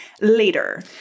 later